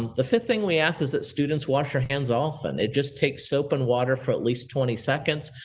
the fifth thing we ask is that students wash their hands often. it just takes soap and water for at least twenty seconds.